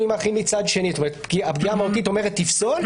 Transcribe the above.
אחרי סעיף 12 יבוא: "סמכות לפסילת ראיה שהושגה שלא כדין.